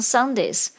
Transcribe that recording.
Sundays